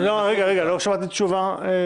רגע, לא שמעתי את התשובה.